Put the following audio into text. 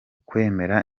ukwemera